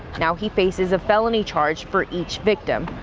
now he faces a felony charge for each victim.